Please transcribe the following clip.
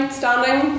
standing